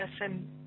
lesson